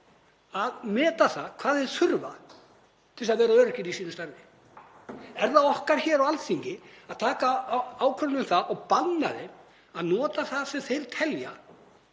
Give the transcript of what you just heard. að meta hvað þeir þurfa til að vera öruggir í sínu starfi? Er það okkar hér á Alþingi að taka ákvörðun um það og banna þeim að nota það sem þeir telja